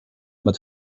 but